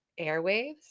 airwaves